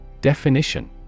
Definition